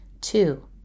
Two